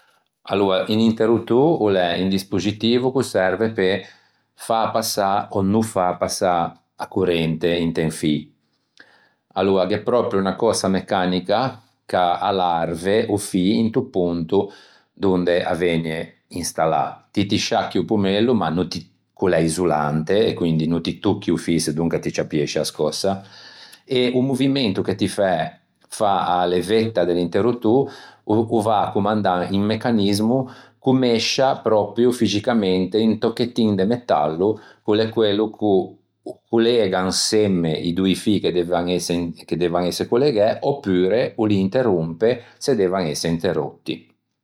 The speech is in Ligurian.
Aloa, un interrutore o l'é un dispoxitivo ch'o serve pe fâ passâ ò no fâ passâ a corrente inte un fî. Aloa gh'é pròpio unna cösa mecanica ch'a l'arve o fî pròpio into ponto donde a vëgne installâ. Ti ti sciacchi o pommello ma no ti ch'o l'é isolante quindi no ti tocchi o fî donca ti ciappiesci a scòssa e o movimento che ti fæ fâ a-a levetta de l'interuttô o va à commandâ un mecanismo ch'o mescia pròpio fixicamente un tocchettin de metallo ch'o l'é quello ch'o collega insemme i doî fî che devan ëse collegæ opure o l'interrompe se devan ëse interotti.